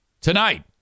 Tonight